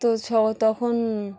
তো তখন